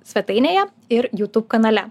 svetainėje ir jutub kanale